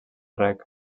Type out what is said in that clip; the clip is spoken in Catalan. reg